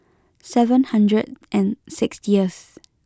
seven hundred and sixtieth